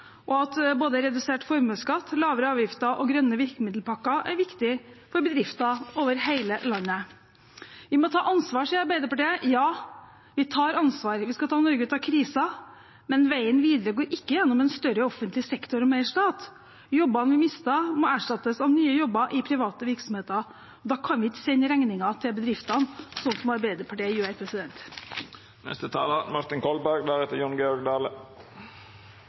og at både redusert formuesskatt, lavere avgifter og grønne virkemiddelpakker er viktig for bedrifter over hele landet. Vi må ta ansvar, sier Arbeiderpartiet. Ja, vi tar ansvar. Vi skal ta Norge ut av krisen, men veien videre går ikke gjennom en større offentlig sektor og mer stat. Jobbene vi mister, må erstattes av nye jobber i private virksomheter, og da kan vi ikke sende regningen til bedriftene, slik som Arbeiderpartiet gjør.